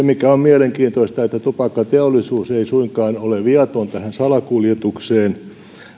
mikä on mielenkiintoista tupakkateollisuus ei suinkaan ole viaton tähän salakuljetukseen